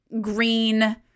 green